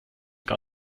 gar